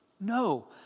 No